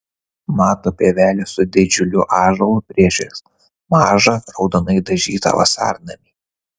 mato pievelę su didžiuliu ąžuolu priešais mažą raudonai dažytą vasarnamį